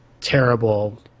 terrible